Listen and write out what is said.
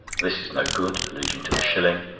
this is no good, alluding to the shilling.